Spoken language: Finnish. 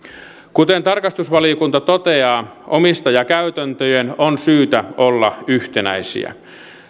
kuten tarkastusvaliokunta toteaa omistajakäytäntöjen on syytä olla yhtenäisiä